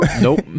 Nope